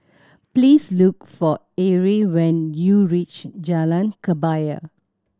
please look for Erie when you reach Jalan Kebaya